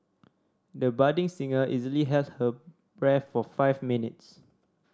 the budding singer easily held her breath for five minutes